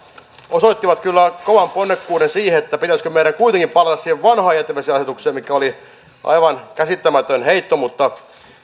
osoittivat kyllä kovan ponnekkuuden siihen pitäisikö meidän kuitenkin palata siihen vanhaan jätevesiasetukseen mikä oli aivan käsittämätön heitto mutta